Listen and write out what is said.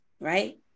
right